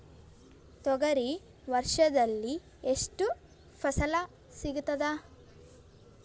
ತೊಗರಿ ವರ್ಷದಲ್ಲಿ ಎಷ್ಟು ಫಸಲ ಸಿಗತದ?